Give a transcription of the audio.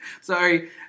sorry